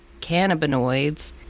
cannabinoids